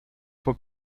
for